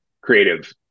creative